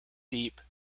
deep